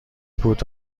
بود